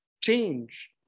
change